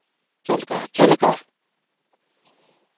ᱪᱮᱫᱞᱮᱠᱟ ᱪᱮᱫᱞᱮᱠᱟ